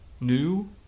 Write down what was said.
New